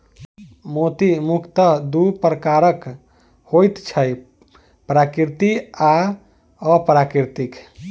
मोती मुखयतः दू प्रकारक होइत छै, प्राकृतिक आ अप्राकृतिक